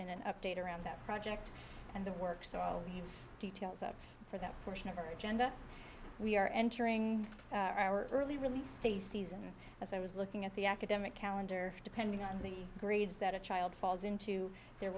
in an update around that project and the work so all the details up for that portion of our agenda we are entering our early release stacey's and as i was looking at the academic calendar depending on the grades that a child falls into there